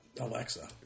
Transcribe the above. Alexa